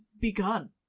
begun